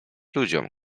ludziom